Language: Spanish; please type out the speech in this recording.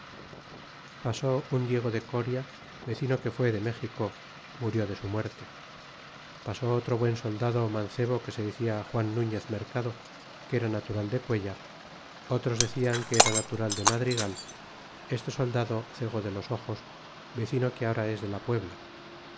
pasó un diego de coria vecino que fué de méxico murió de su muerte pasó otro buen soldado mancebo que se decian juan nuñez mercado que era natural de cuellar otros decian que era natural de madrigal este soldado cegó de los ojos vecino que ahora es de la puebla